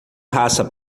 raça